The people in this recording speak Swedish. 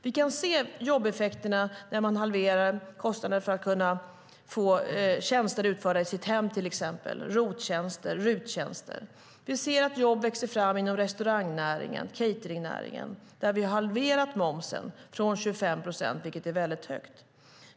Vi kan se jobbeffekterna av halveringen av kostnaden för att till exempel få tjänster utförda i sitt hem. Det handlar om ROT-tjänster och RUT-tjänster. Vi ser att jobb växer fram inom restaurangnäringen och cateringnäringen där vi har halverat momsen från 25 procent, vilket är mycket högt.